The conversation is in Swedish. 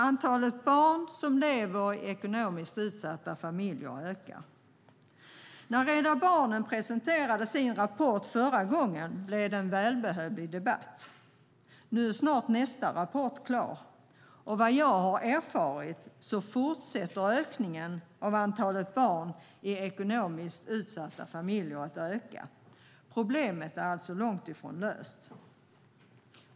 Antalet barn som lever i ekonomiskt utsatta familjer ökar. När Rädda Barnen presenterade sin rapport förra gången blev det en välbehövlig debatt. Nu är snart nästa rapport klar, och vad jag har erfarit fortsätter ökningen av antalet barn i ekonomiskt utsatta familjer. Problemet är alltså långt ifrån löst.